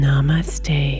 Namaste